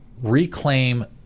reclaim